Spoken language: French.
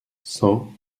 cent